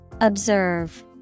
Observe